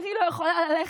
אני לא יכולה ללכת,